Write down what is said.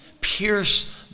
Pierce